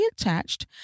attached